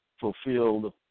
fulfilled